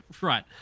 Right